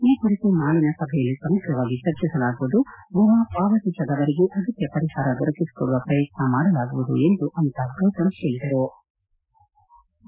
ಈ ಕುರಿತು ನಾಳನ ಸಭೆಯಲ್ಲಿ ಸಮಗ್ರವಾಗಿ ಚರ್ಚಿಸಲಾಗುವುದು ವಿಮಾ ಪಾವತಿಸದವರಿಗೆ ಅಗತ್ಯ ಪರಿಹಾರ ದೊರಕಿಸಿ ಕೊಡುವ ಪ್ರಯತ್ನ ಮಾಡಲಾಗುವುದು ಎಂದು ಅಮಿತಾಬ್ ಗೌತಮ್ ಹೇಳದರು